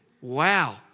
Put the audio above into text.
wow